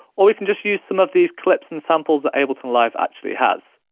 or we can just use some of these clips and samples that ableton live actually has.